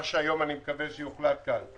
אני מקווה שמה שיוחלט פה היום הוא